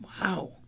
Wow